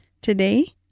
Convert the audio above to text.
Today